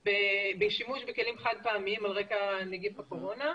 בשימוש בכלים חד פעמיים על רקע נגיף הקורונה.